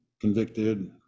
convicted